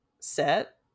set